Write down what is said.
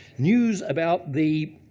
news about the